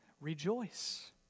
rejoice